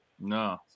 No